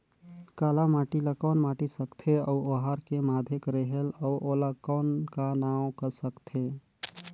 काला माटी ला कौन माटी सकथे अउ ओहार के माधेक रेहेल अउ ओला कौन का नाव सकथे?